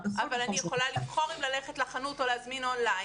אבל אני יכולה לבחור אם ללכת לחנות או להזמין און ליין,